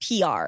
PR